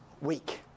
weak